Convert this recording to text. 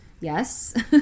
Yes